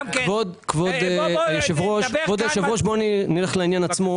כבוד היושב-ראש, נדבר על העניין עצמו.